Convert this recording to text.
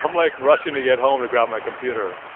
i'm, like, rushing to get home to grab my computer.